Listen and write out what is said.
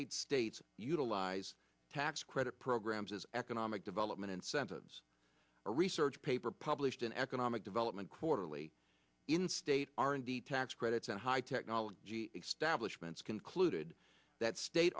eight states utilize tax credit programs as economic development incentives or research paper published in economic development quarterly in state r and d tax credits and high technology ixtapa shipments concluded that state